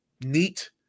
NEAT